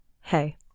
hey